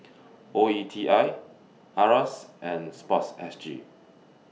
O E T I IRAS and Sports S G